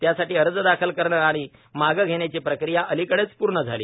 त्यासाठी अर्ज दाखल करणे आणि मागं घेण्याची प्रक्रिया अलीकडेच पूर्ण झाली